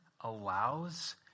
allows